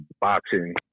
boxing